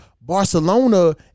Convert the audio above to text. Barcelona